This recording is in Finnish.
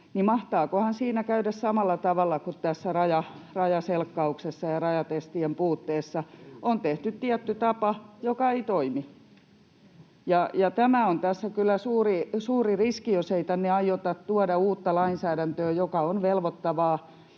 mahtaakohan siinä käydä samalla tavalla kuin tässä rajaselkkauksessa ja rajatestien puutteessa: on tehty tietty tapa, joka ei toimi. Tämä on tässä kyllä suuri riski, jos ei tänne aiota tuoda uutta lainsäädäntöä, joka velvoittaa